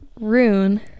rune